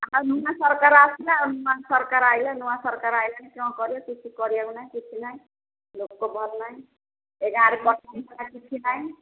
ନୂଆ ସରକାର ଆସିଲେ ଆଉ ନୂଆ ସରକାର ଆଇଲେ ନୂଆ ସରକାର ଆସିଲେଣିି କ'ଣ କରିବା କିଛି କରିବାକୁ ନାହିଁ କିଛି ନାହିଁ ଲୋକ ଭଲ ନାହିଁ ଏ ଗାଁରେ କିଛି ନାହିଁ